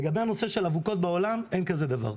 לגבי הנושא של אבוקות בעולם, אין כזה דבר.